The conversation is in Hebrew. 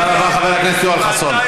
תודה רבה, חבר הכנסת יואל חסון.